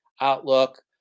outlook